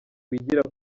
wigira